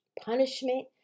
punishment